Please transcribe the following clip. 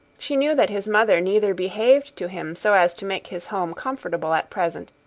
she knew that his mother neither behaved to him so as to make his home comfortable at present,